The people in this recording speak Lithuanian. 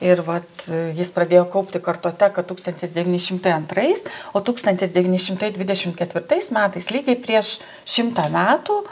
ir vat jis pradėjo kaupti kartoteką tūkstantis devyni šimtai antrais o tūkstantis devyni šimtai dvidešim ketvirtais metais lygiai prieš šimtą metų